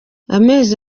amezi